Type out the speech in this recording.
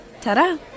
ta-da